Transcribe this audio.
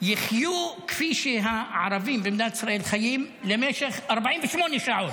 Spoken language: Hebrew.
יחיו כפי שהערבים במדינת ישראל חיים למשך 48 שעות.